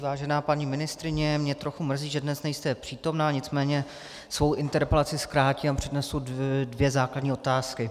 Vážená paní ministryně, mě trochu mrzí, že dnes nejste přítomna, nicméně svou interpelaci zkrátím a přednesu dvě základní otázky.